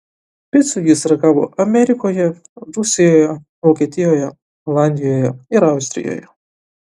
picų jis ragavo amerikoje rusijoje vokietijoje olandijoje ir austrijoje